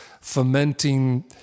fomenting